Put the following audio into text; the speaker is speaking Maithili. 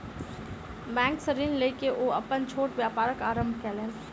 बैंक सॅ ऋण लय के ओ अपन छोट व्यापारक आरम्भ कयलैन